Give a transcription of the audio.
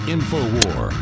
InfoWar